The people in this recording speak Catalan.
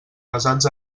basats